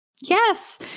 Yes